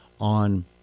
on